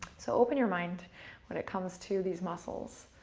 so open your mind when it comes to these muscles.